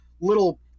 little